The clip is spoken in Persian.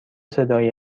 صدایی